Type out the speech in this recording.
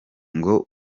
ngo